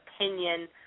opinion